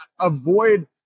avoid